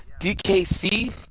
DKC